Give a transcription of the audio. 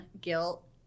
guilt